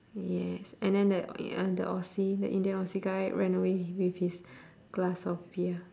yes and then that i~ the aussie the indian aussie guy ran away with his glass of beer